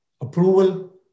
approval